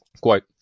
Quote